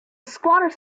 squatters